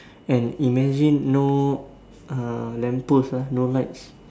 and imagine no uh lamp post ah no lights